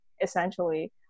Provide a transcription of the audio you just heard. essentially